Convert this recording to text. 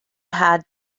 had